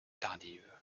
tardive